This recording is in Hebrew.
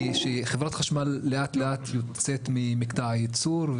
הוא שחברת החשמל לאט-לאט יוצאת ממקטע הייצור,